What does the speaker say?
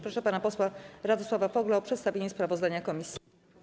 Proszę pana posła Radosława Fogla o przedstawienie sprawozdania komisji.